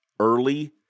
early